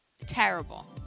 terrible